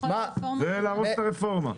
זה להרוס את הרפורמה.